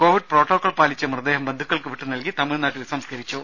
Covid protocol പാലിച്ച് മൃതദേഹം ബന്ധുക്കൾക്ക് വിട്ടുനൽകി തമിഴ്നാട്ടിൽ സംസ്കരിച്ചു